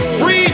free